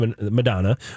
Madonna